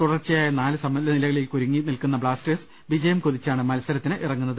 തുടർച്ചയായ നാല് സമനിലകളിൽ കുരുങ്ങി നിൽക്കുന്ന ബ്ലാസ്റ്റേഴ്സ് വിജയം കൊതിച്ചാണ് മത്സരത്തിനിറങ്ങുന്നത്